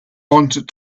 wanted